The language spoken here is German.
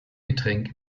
getränk